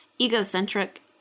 egocentric